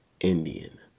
Indian